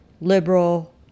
liberal